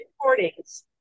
recordings